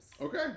Okay